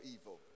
evil